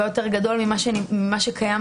האם ינסו לתפוס כל מיני דברים,